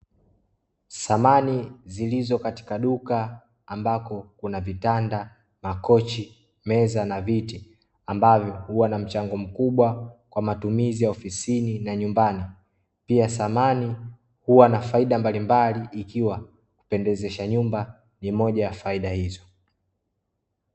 Samani zilizo katika duka ambako kuna vitanda, makochi, meza na viti ambavyo huwa na mchango mkubwa kwa matumizi ya ofisini na nyumbani, pia samani huwa na faida mbalimbali ikiwa kupendezesha nyumba ni moja ya faida hizo.